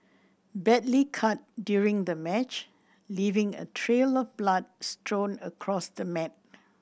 badly cut during the match leaving a trail of blood strewn across the mat